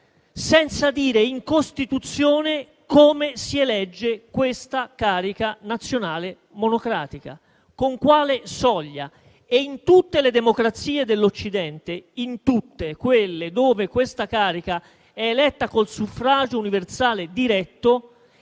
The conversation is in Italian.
senza dire, in Costituzione, come si elegge questa carica nazionale monocratica, con quale soglia. E in tutte le democrazie dell'occidente, in tutte quelle dove una carica costituzionale monocratica è eletta con suffragio universale diretto